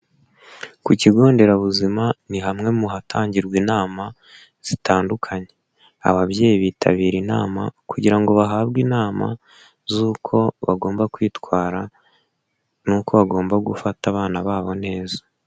Ku kigo nderabuzima ni hamwe mu hatangirwa inama zitandukanye. Ababyeyi bitabira inama kugira ngo bahabwe inama z'uko bagomba kwitwara n'uko bagomba gufata abana babo neza.